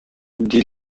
die